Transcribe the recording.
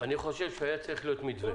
אני חושב שהיה צריך להיות מתווה.